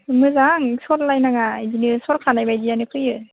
मोजां सरलायनाङा इदिनो सरखानाय बायदियानो फैयो